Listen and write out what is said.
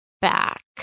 back